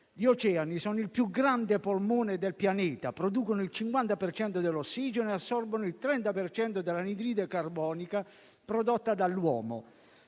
Gli oceani sono il più grande polmone del pianeta: producono il 50 per cento dell'ossigeno e assorbono il 30 per cento dell'anidride carbonica prodotta dall'uomo.